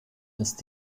ist